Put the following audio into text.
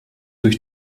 durch